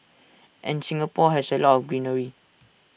and Singapore has A lot of greenery